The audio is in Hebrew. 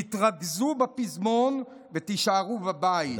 תתרכזו בפזמון ותישארו בבית.